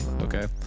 Okay